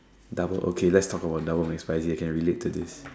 double okay let's talk about double McSpicy I can relate to this